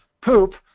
poop